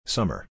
Summer